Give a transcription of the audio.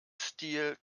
stil